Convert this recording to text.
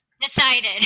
decided